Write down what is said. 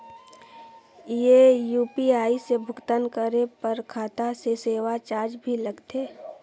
ये यू.पी.आई से भुगतान करे पर खाता से सेवा चार्ज भी लगथे?